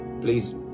please